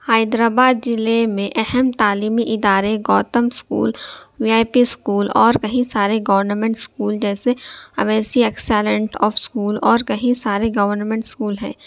حیدر آباد ضلع میں اہم تعلیمی ادارے Gautam school V I P school اور كئى سارے گورنمنٹ اسکول جیسے اويسى ایکسلینس آف اسکول اور كئى سارے گورنمنٹ اسکول ہیں